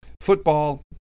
Football